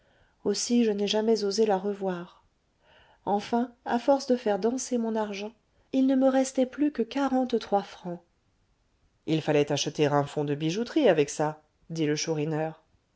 aussi je n'ai jamais osé la revoir enfin à force de faire danser mon argent il ne me restait plus que quarante-trois francs il fallait acheter un fonds de bijouterie avec ça dit le